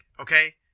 okay